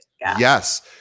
yes